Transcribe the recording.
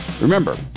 remember